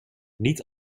niet